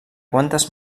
quantes